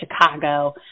Chicago